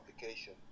application